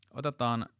otetaan